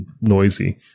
noisy